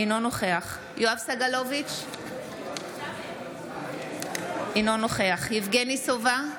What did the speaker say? אינו נוכח יואב סגלוביץ' אינו נוכח יבגני סובה,